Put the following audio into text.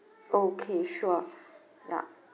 okay sure ya